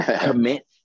commit